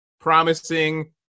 promising